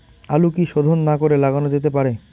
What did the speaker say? আলু কি শোধন না করে লাগানো যেতে পারে?